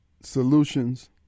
solutions